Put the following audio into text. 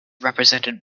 represented